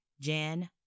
Jan